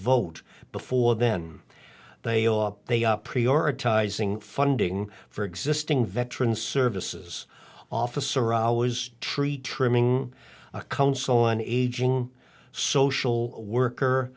vote before then they are they are prioritizing funding for existing veterans services officer hours tree trimming a council on aging social worker